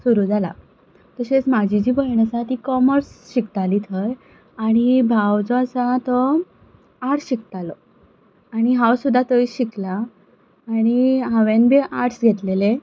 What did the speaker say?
सुरू जाला तशेंच म्हजी जी भयण आसा ती कॉमर्स शिकताली थंय आनी भाव जो आसा तो आर्ट्स शिकतालो आनी हांव सुद्दां थंयच शिकलां आनी हांवें बी आर्ट्स घेतलेलें